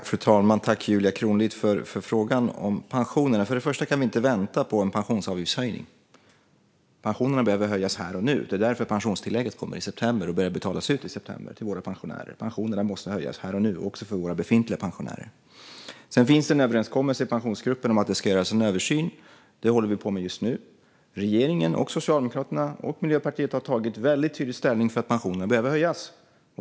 Fru talman! Tack, Julia Kronlid, för frågan om pensionerna! För det första kan vi inte vänta på en pensionsavgiftshöjning. Pensionerna behöver höjas här och nu; det är därför pensionstillägget kommer i september och börjar betalas ut då till våra pensionärer. Pensionerna måste höjas här och nu också för våra befintliga pensionärer. Sedan finns det en överenskommelse i Pensionsgruppen om att det ska göras en översyn. Det håller vi på med just nu. Regeringen, Socialdemokraterna och Miljöpartiet, har tagit tydlig ställning för att pensionerna behöver höjas.